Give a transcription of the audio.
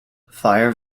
fire